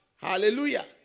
Hallelujah